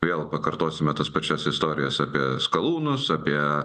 vėl pakartosime tas pačias istorijas apie skalūnus apie